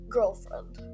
Girlfriend